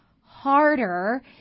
harder